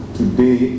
today